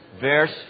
verse